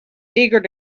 eager